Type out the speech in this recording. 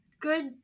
good